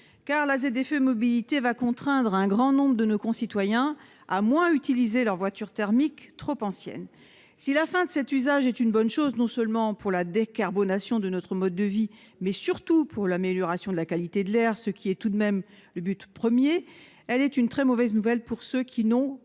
la ZFE mobilité va contraindre un grand nombre de nos concitoyens à moins utiliser leur voiture thermique, trop ancienne. S'il s'agit d'une bonne chose non seulement pour la décarbonation de notre mode de vie, mais surtout pour l'amélioration de la qualité de l'air, ce qui est tout de même le but premier de ce dispositif, c'est aussi une très mauvaise nouvelle pour ceux qui n'ont